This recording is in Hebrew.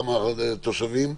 כמה תושבים?